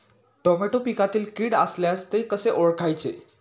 Tomato पिकातील कीड असल्यास ते कसे ओळखायचे?